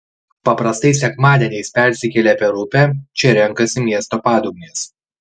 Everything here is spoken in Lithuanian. paprastai sekmadieniais persikėlę per upę čia renkasi miesto padugnės